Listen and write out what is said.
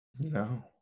No